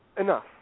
enough